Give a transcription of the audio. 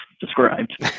described